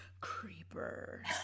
creepers